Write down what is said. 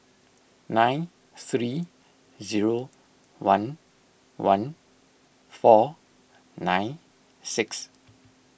nine three zero one one four nine six